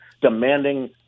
demanding